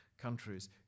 countries